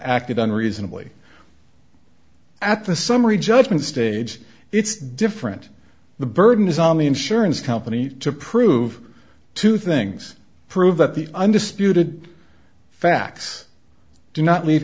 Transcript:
acted on reasonably at the summary judgment stage it's different the burden is on the insurance company to prove two things prove that the undisputed facts do not leave